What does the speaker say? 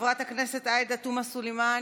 חברת הכנסת עאידה תומא סלימאן,